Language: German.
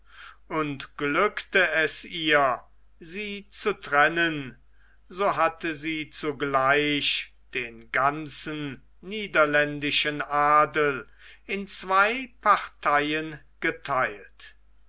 und glückte es ihr sie zu trennen so hatte sie zugleich den ganzen niederländischen adel in zwei parteien getheilt